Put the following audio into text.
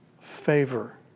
favor